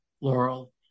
Laurel